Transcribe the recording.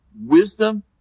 wisdom